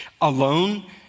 alone